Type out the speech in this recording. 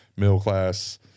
middle-class